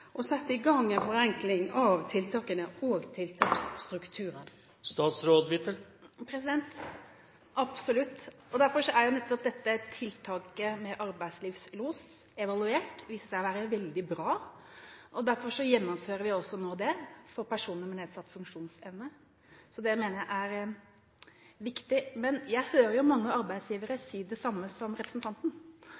sette i gang en forenkling av tiltakene og tiltaksstrukturen? Absolutt. Derfor er nettopp dette tiltaket med arbeidslivslos evaluert. Det viser seg å være veldig bra. Derfor gjennomfører vi det nå for personer med nedsatt funksjonsevne. Så det mener jeg er viktig. Jeg hører mange arbeidsgivere